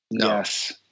Yes